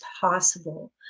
possible